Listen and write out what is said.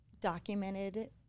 documented